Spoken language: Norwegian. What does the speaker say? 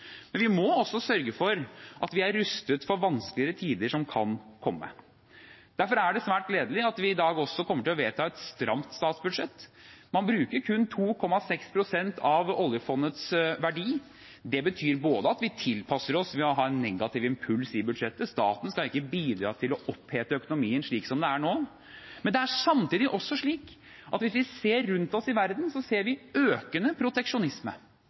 Men vi må også sørge for at vi er rustet for vanskeligere tider, som kan komme. Derfor er det svært gledelig at vi i dag også kommer til å vedta et stramt statsbudsjett. Man bruker kun 2,6 pst. av oljefondets verdi. Det betyr at vi tilpasser oss ved å ha en negativ impuls i budsjettet – staten skal ikke bidra til å opphete økonomien slik som det er nå. Men det er samtidig slik at hvis vi ser rundt oss i verden, ser vi økende proteksjonisme,